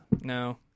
No